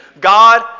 God